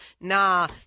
Nah